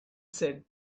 said